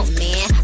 man